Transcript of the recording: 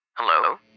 Hello